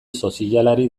sozialari